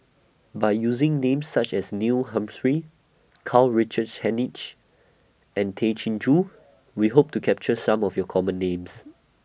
By using Names such as Neil Humphreys Karl Richard Hanitsch and Tay Chin Joo We Hope to capture Some of YOU Common Names